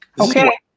Okay